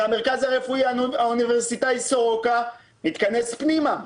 והמרכז הרפואי האוניברסיטאי סורוקה התכנס פנימה,